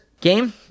game